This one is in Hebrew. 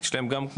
יש להם גם,